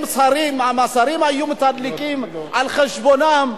אם השרים היו מתדלקים על חשבונם,